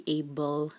able